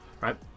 right